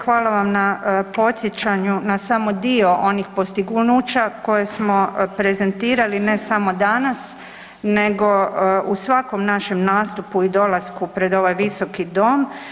Hvala vam na podsjećanju na samo dio onih postignuća koje smo prezentirali, ne samo danas nego u svakom našem nastupu i dolasku pred ovaj Visoki dom.